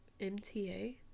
MTA